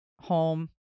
Home